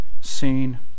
seen